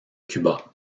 cuba